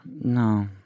No